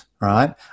right